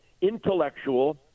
intellectual